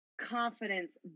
confidence